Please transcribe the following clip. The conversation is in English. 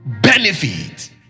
benefit